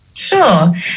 Sure